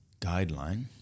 guideline